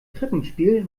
krippenspiel